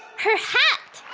her hat!